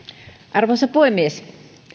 arvoisa puhemies